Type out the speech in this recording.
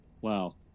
Wow